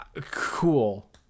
cool